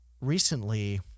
recently